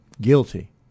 guilty